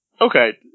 Okay